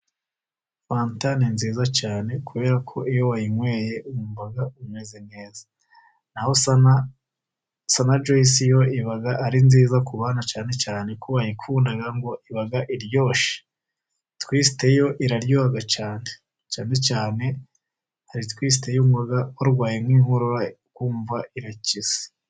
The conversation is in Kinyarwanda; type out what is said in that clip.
Fanta ni nziza cyane kubera ko iyo wayinyweye wumva umeze neza, naho sana juyisi yo iba ari nziza ku bana, cyane cyane ko bayikunda ngo iba iryoshe. Tuwisite yo iraryoha cyane, cyane cyane tuwisite uyinywa urwaye nk'inkorora ukumva irakize.